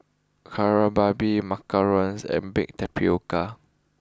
Kari Babi Macarons and Baked Tapioca